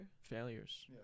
Failures